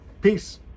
Peace